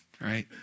right